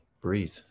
breathe